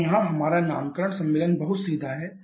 और यहाँ हमारा नामकरण सम्मेलन बहुत सीधा है